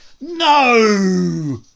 no